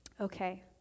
Okay